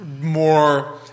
more